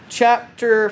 chapter